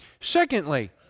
Secondly